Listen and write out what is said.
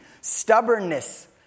stubbornness